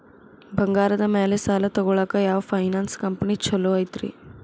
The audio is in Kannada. ಬಂಗಾರದ ಮ್ಯಾಲೆ ಸಾಲ ತಗೊಳಾಕ ಯಾವ್ ಫೈನಾನ್ಸ್ ಕಂಪನಿ ಛೊಲೊ ಐತ್ರಿ?